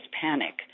panic